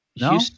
No